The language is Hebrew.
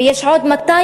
ויש עוד 200